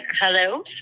Hello